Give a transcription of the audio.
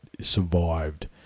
survived